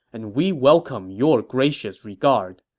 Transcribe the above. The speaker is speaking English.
and we welcome your gracious regard.